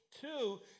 two